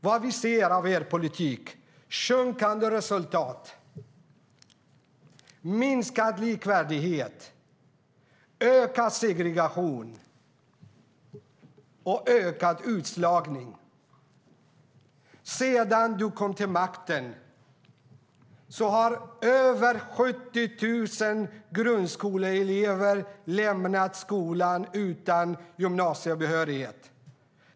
Det vi ser av er politik är sjunkande resultat, minskad likvärdighet, ökad segregation och ökad utslagning. Sedan du kom till makten har över 70 000 grundskoleelever lämnat skolan utan gymnasiebehörighet.